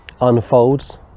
unfolds